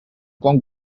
kong